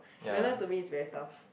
manual to me is very tough